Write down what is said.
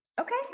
Okay